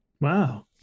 Wow